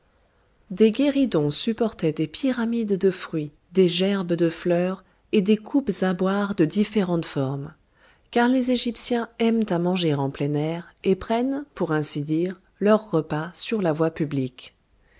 des guéridons supportaient des pyramides de fruits des gerbes de fleurs et des coupes à boire de différentes formes car les égyptiens aiment à manger en plein air et prennent pour ainsi dire leurs repas sur la voie publique